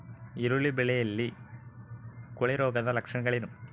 ಈರುಳ್ಳಿ ಬೆಳೆಯಲ್ಲಿ ಕೊಳೆರೋಗದ ಲಕ್ಷಣಗಳೇನು?